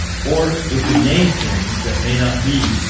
or, if we name things that may not be,